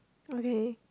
okay